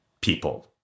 people